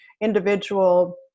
individual